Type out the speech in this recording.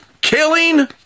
killing